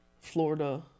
Florida